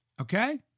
Okay